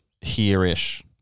here-ish